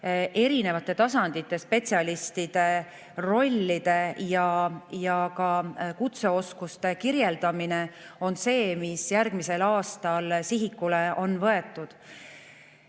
erinevate tasandite spetsialistide rollide ja kutseoskuste kirjeldamine on see, mis järgmisel aastal sihikule on võetud. Ma